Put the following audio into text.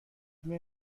میای